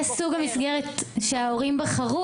להלן תרגומם: זה סוג המסגרת שההורים בחרו.